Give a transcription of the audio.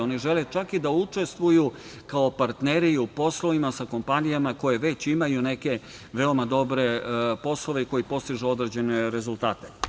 Oni žele čak i da učestvuju kao partneri u poslovima sa kompanijama koje već imaju neke veoma dobre poslove i koji postižu određene rezultate.